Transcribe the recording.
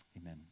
Amen